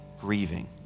grieving